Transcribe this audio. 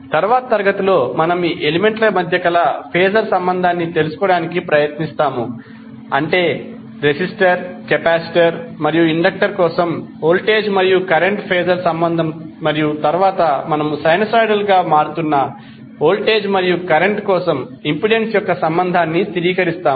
తరువాతి తరగతిలో మనము ఈ ఎలిమెంట్ల మధ్య కల ఫేజర్ సంబంధాన్ని తెలుసుకోవడానికి ప్రయత్నిస్తాము అంటే రెసిస్టర్ కెపాసిటర్ మరియు ఇండక్టర్ కోసం వోల్టేజ్ మరియు కరెంట్ ఫేజర్ సంబంధం మరియు తరువాత మనము సైనూసోయిడల్ గా మారుతున్న వోల్టేజ్ మరియు కరెంట్ కోసం ఇంపెడెన్స్ యొక్క సంబంధాన్ని స్థిరీకరిస్తాము